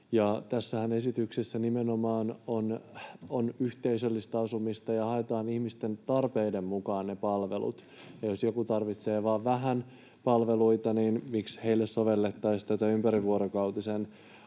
Tässä esityksessähän nimenomaan on yhteisöllistä asumista ja haetaan ihmisten tarpeiden mukaan ne palvelut, ja jos joku tarvitsee vain vähän palveluita, niin miksi heille sovellettaisiin näitä ympärivuorokautisen hoidon